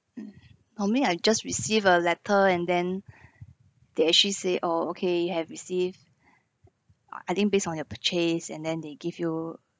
normally I just receive a letter and then they actually say oh okay you have received ah I think based on your purchase and then they give you